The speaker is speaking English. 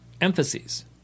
emphases